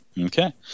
Okay